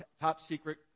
top-secret